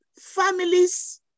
families